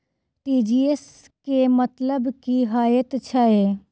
TGS केँ मतलब की हएत छै?